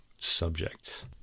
subject